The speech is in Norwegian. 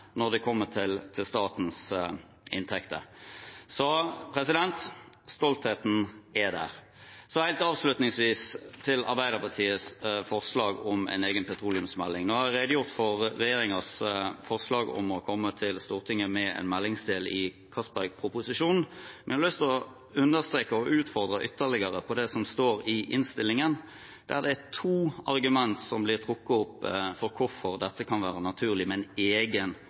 når det gjelder statens inntekter. Så stoltheten er der. Helt avslutningsvis til Arbeiderpartiets forslag om en egen petroleumsmelding: Jeg har redegjort for regjeringens forslag om å komme til Stortinget med en meldingsdel i Castberg-proposisjonen. Men jeg har lyst til å understreke og utfordre ytterligere på det som står i innstillingen, der det er to argumenter som blir trukket opp for hvorfor det kan være naturlig med en egen